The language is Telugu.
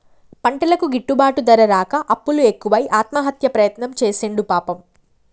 పంటలకు గిట్టుబాటు ధర రాక అప్పులు ఎక్కువై ఆత్మహత్య ప్రయత్నం చేసిండు పాపం